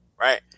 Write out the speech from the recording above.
right